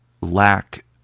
lack